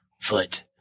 foot